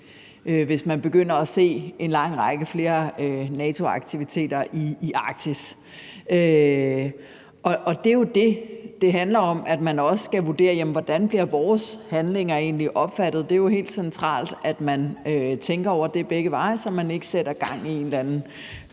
hvis man begynder at se en lang række flere NATO-aktiviteter i Arktis. Og det er jo også det, det handler om, altså at man skal vurdere: Hvordan bliver vores handlinger egentlig opfattet? Det er jo helt centralt, at man tænker over det begge veje, så man ikke sætter gang i en eller anden